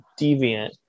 deviant